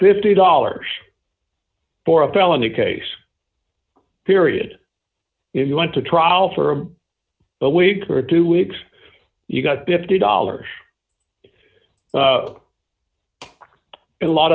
fifty dollars for a felony case period if you went to trial for a week or two weeks you got to fifty dollars and a lot